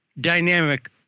dynamic